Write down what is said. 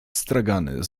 stragany